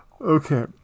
Okay